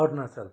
Arunachal